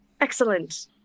Excellent